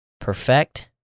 perfect